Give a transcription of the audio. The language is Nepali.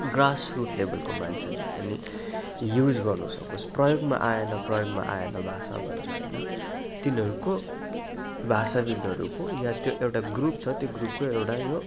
ग्रास रुट लेभलको मान्छेले पनि युज गर्न सकोस् प्रयोगमा आएन प्रयोगमा आएन भाषा भन्छ होइन तिनीहरूको भाषाविद्हरूको वा त्यो एउटा ग्रुप छ त्यो ग्रुपको एउटा यो